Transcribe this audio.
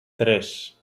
tres